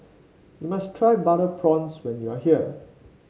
you must try Butter Prawns when you are here